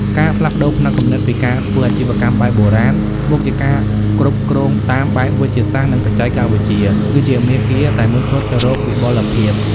ការផ្លាស់ប្តូរផ្នត់គំនិតពីការធ្វើអាជីវកម្មបែបបុរាណ មកជាការគ្រប់គ្រងតាមបែបវិទ្យាសាស្ត្រ និងបច្ចេកវិទ្យា គឺជាមាគ៌ាតែមួយគត់ទៅរកវិបុលភាព។